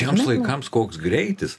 tiems laikams koks greitis